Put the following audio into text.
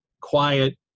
quiet